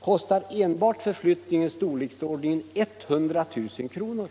kostar i storleksordningen 100 000 kr. enbart för förflyttningen.